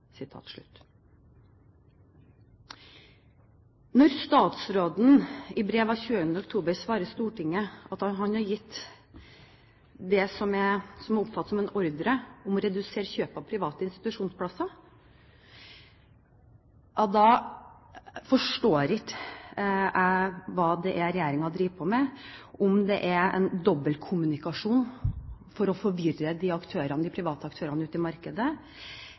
Når statsråden i brev av 20. oktober svarer Stortinget at han har gitt det jeg oppfatter som en ordre om å redusere kjøpet av private institusjonsplasser, da forstår ikke jeg hva regjeringen driver med – om det er en dobbeltkommunikasjon for å forvirre de private aktørene ute i markedet,